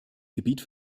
gebiet